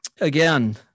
again